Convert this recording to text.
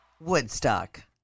Woodstock